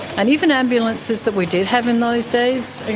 and even ambulances that we did have in those days,